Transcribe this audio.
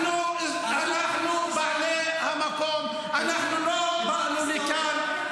אנחנו בעלי המקום, אנחנו לא באנו לכאן.